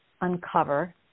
uncover